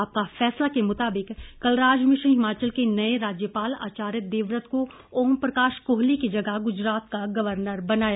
आपका फैसला के मुताबिक कलराज मिश्र हिमाचल के नए राज्यपाल आचार्य देवव्रत को ओम प्रकाश कोहली की जगह गुजरात का गवर्नर बनाया